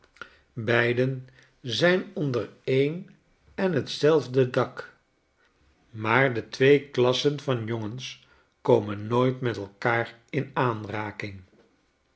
beide zijn onder een en t zelfde dak maar de twee klassen van jongens komennooit met elkaar in aanraking